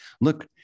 look